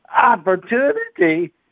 opportunity